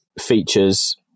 features